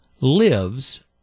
lives